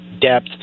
depth